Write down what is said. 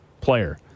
player